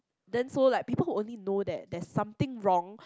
then so like people who only know that that something wrong